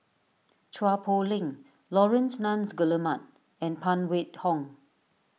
Chua Poh Leng Laurence Nunns Guillemard and Phan Wait Hong